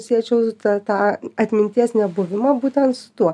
siečiau tą tą atminties nebuvimą būtent tuo